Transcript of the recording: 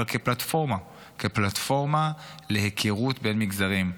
אבל כפלטפורמה, פלטפורמה להיכרות בין מגזרים.